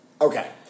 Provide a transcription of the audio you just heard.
Okay